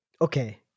Okay